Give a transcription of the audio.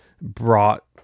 brought